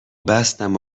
بستم